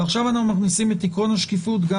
ועכשיו אנו מכניסים את עיקרון השקיפות גם